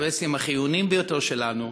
באינטרסים החיוניים ביותר שלנו